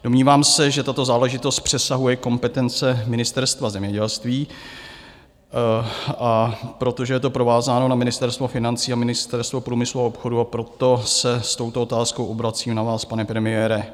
Domnívám se, že tato záležitost přesahuje kompetence Ministerstva zemědělství, a protože je to provázáno na Ministerstvo financí a Ministerstvo průmyslu a obchodu, proto se s touto otázkou obracím na vás, pane premiére.